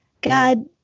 God